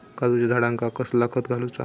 काजूच्या झाडांका कसला खत घालूचा?